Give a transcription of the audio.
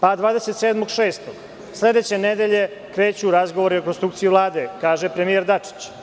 Pa, 27. juna – sledeće nedelje kreću razgovori o rekonstrukciji Vlade, kaže premijer Dačić.